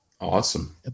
Awesome